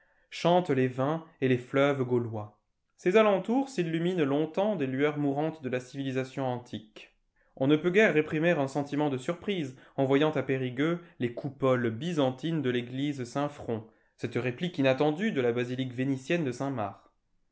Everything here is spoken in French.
chante les vins et les fleuves gaulois ses alentours s'illuminent longtemps des lueurs mourantes de la civilisation antique on ne peut guère réprimer un sentiment de surprise en voyant à périgueux les coupoles byzantines de l'église saint front cette réplique inattendue de la basilique vénitienne de saint-marc